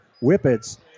Whippets